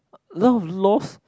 a lot of lost